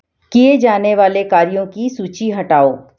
किए जाने वाले कार्यों की सूची हटाओ